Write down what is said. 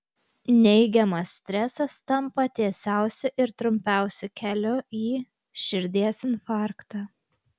neigiamas stresas tampa tiesiausiu ir trumpiausiu keliu į širdies infarktą